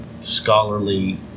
scholarly